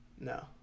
No